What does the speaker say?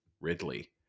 Ridley